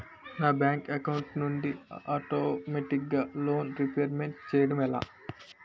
నా bank account నుండి ఆటోమేటిగ్గా లోన్ రీపేమెంట్ చేయడం ఎలా?